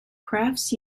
crafts